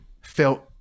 felt